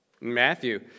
Matthew